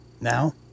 now